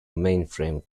mainframe